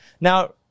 Now